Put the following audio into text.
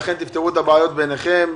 לכן תפתרו את הבעיות ביניכם.